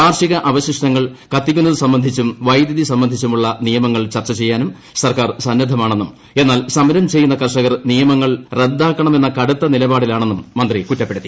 കാർഷിക അവശിഷ്ടങ്ങൾ കത്തിക്കുന്നത് സംബന്ധിച്ചും വൈദ്യുതി സംബന്ധിച്ചുമുള്ള നിയമങ്ങൾ ചർച്ച ചെയ്യാനും സർക്കാർ സന്നദ്ധമാണെന്നും എന്നാൽ സമരം ചെയ്യുന്ന കർഷകർ നിയമങ്ങൾ റദ്ദാക്കണമെന്ന കടുത്ത നിലപാടിലാണെന്നും മന്ത്രി കുറ്റപ്പെടുത്തി